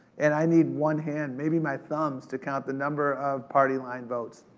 and i need one hand, maybe my thumbs, to count the number of party line votes.